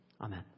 Amen